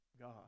God